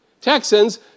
Texans